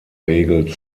regel